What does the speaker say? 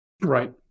Right